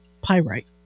pyrite